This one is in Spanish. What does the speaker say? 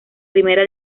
primera